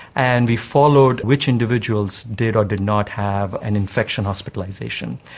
and we followed which individuals did or did not have an infection hospitalisation.